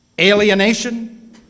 alienation